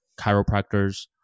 chiropractors